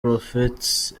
prophetess